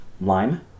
lime